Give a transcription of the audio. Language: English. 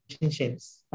relationships